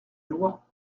loi